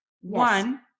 One